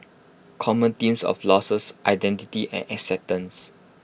common themes of losses identity and acceptance